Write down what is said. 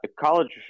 college